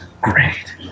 Great